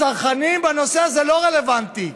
הצרכנים בנושא הזה לא רלוונטיים.